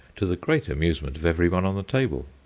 to the great amusement everyone on the table.